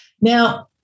Now